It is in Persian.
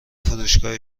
فروشگاه